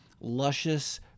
luscious